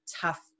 tough